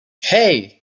hey